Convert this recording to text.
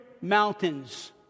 mountains